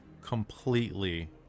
completely